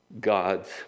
God's